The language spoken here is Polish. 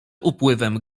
upływem